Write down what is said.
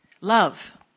Love